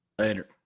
Later